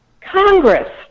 Congress